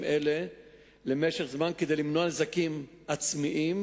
אלה למשך זמן כדי למנוע נזקים עצמיים,